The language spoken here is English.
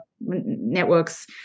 networks